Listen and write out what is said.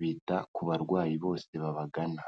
bita ku barwayi bose babagana.